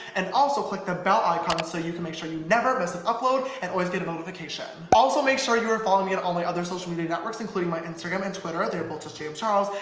and also click the bell icon so you can make sure you never miss an upload and always get a notification. also, make sure you are following and all my other social media networks, including my instagram and twitter, they are both just james charles,